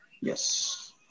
Yes